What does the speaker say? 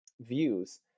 views